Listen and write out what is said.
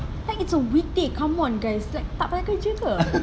like it's a weekday come on guys like tak payah kerja ke